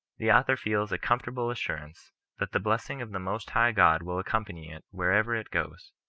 the author feels a comfortable assurance that the blessing of the most high god will accompany it wherever it goes,